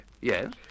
Yes